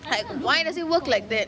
like why does it work like that